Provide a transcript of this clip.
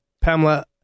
Pamela